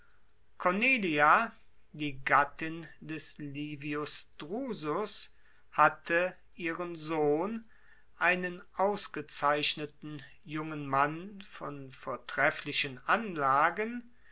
cornelia die gattin des livius drusus hatte einen ausgezeichneten jungen mann von vortrefflichen anlagen